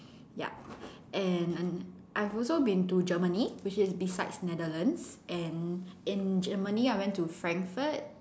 yup and I've also been to Germany which is beside Netherlands and in Germany I went to Frankfurt